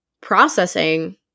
processing